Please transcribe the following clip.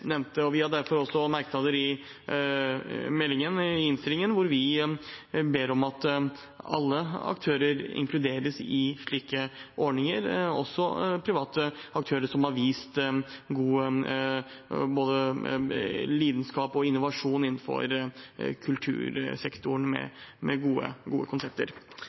nevnte. Vi har derfor også merknader i innstillingen der vi ber om at alle aktører inkluderes i slike ordninger, også private aktører som har vist både lidenskap og innovasjon innenfor kultursektoren med gode konsepter.